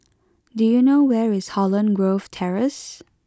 do you know where is Holland Grove Terrace